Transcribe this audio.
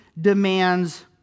demands